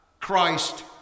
Christ